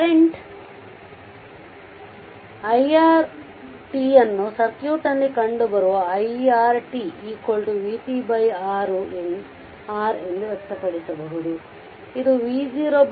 current iR t ಅನ್ನು ಸರ್ಕ್ಯೂಟ್ನಲ್ಲಿ ಕಂಡುಬರುವ iR t vtR ಎಂದು ವ್ಯಕ್ತಪಡಿಸಬಹುದು